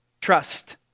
Trust